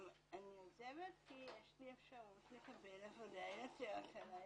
"אני עוזבת כי יש לי אפשרות לקבל עבודה יותר קלה".